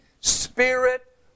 Spirit